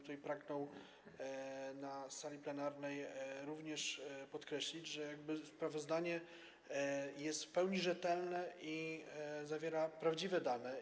Ja bym pragnął na sali plenarnej również podkreślić, że sprawozdanie jest w pełni rzetelne i zawiera prawdziwe dane.